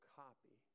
copy